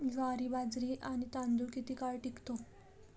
ज्वारी, बाजरी आणि तांदूळ किती काळ टिकतो?